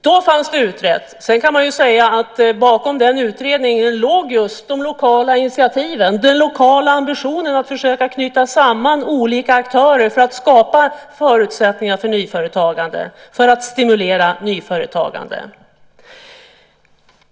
Då fanns det utrett. Sedan kan man säga att det bakom den utredningen låg just de lokala initiativen, den lokala ambitionen att försöka knyta samman olika aktörer för att skapa förutsättningar för nyföretagande och för att stimulera nyföretagande.